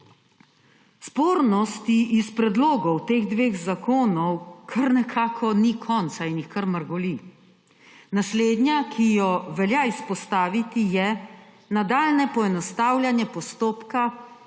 Spornostim iz predlogov teh dveh zakonov kar nekako ni konca in jih kar mrgoli. Naslednja, ki jo velja izpostaviti, je nadaljnje poenostavljanje postopka